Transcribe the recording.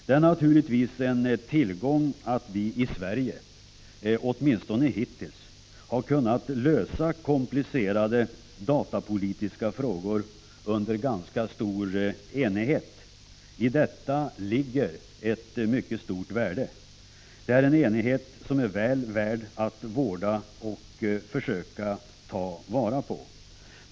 Det är naturligtvis en tillgång att vi i Sverige, åtminstone hittills, har kunnat lösa komplicerade datapolitiska frågor under ganska stor enighet. I detta ligger ett mycket stort värde. Det är en enighet som är väl värd att vårda och att försöka att ta vara på.